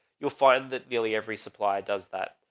you'll find that nearly every supplier does that,